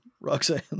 Roxanne